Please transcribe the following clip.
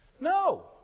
No